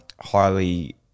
highly